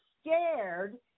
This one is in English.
scared